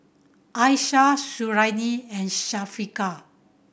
Aishah Suriani and Syafiqah